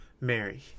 Mary